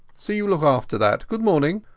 see you look after that. good morning.